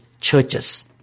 churches